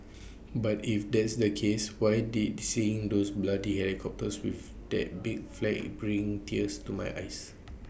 but if that's the case why did seeing those bloody helicopters with that big flag bring tears to my eyes